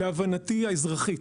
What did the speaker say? להבנתי האזרחית,